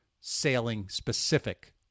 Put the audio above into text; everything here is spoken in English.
sailing-specific